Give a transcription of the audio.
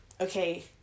okay